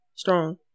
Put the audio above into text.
Strong